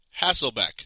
Hasselbeck